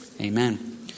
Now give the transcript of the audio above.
Amen